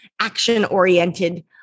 action-oriented